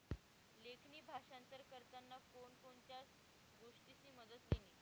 लेखणी भाषांतर करताना कोण कोणत्या गोष्टीसनी मदत लिनी